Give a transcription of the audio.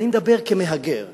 ואני מדבר כמהגר,